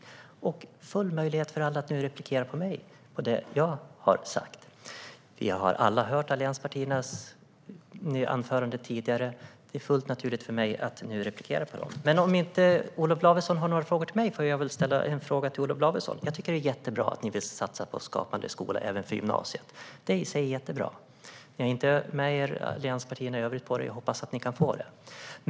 Nu finns det full möjlighet för att alla att replikera på mig, och det jag har sagt. Vi har alla hört allianspartiernas anföranden. Det är fullt naturligt för mig att nu replikera på dem. Om nu inte Olof Lavesson har några frågor till mig får väl jag ställa en fråga till Olof Lavesson. Jag tycker att det är jättebra att ni vill satsa på Skapande skola även för gymnasiet. Det är i sig jättebra. Ni har inte med er övriga allianspartier på det; jag hoppas att ni kan få det.